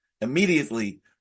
immediately